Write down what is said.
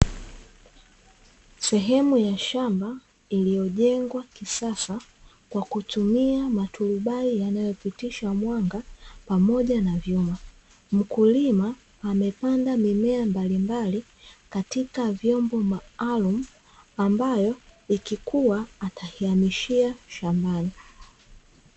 Sehemu ya shamba iliyojengwa kisasa kwa kutumia maturubai yanayopitisha mwanga pamoja na vyumba, mkulima amepanda mimea mbalimbali katika vyombo maalumu ambayo ikikuwa ataihamishia shambani.